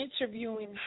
interviewing